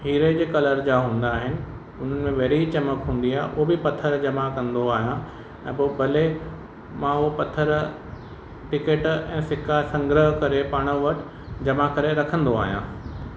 हीरे जे कलर जा हूंदा आहिनि उनमें वेरे ई चिमक हूंदी आहे उओ बि पथर जमा कंदो आहियां ऐं पोइ भले मां उहो पथर टिकट ऐं सिका संग्रह करे पाण वटि जमा करे रखंदो आहियां